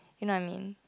you know